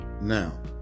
Now